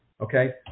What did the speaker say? okay